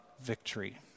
victory